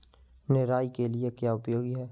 निराई के लिए क्या उपयोगी है?